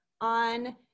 on